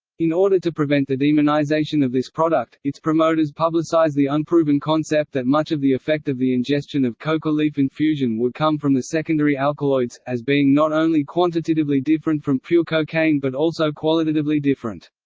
in order to prevent the demonization of this product, its promoters publicize the unproven concept that much of the effect of the ingestion of coca leaf infusion would come from the secondary alkaloids, as being not only quantitatively different from pure cocaine but also qualitatively different.